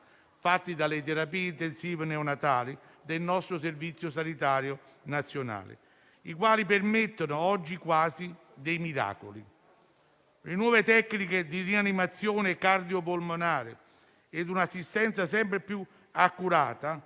fatti dalle terapie intensive neonatali del nostro Servizio sanitario nazionale, i quali permettono oggi quasi dei miracoli. Le nuove tecniche di rianimazione cardiopolmonare e un'assistenza sempre più accurata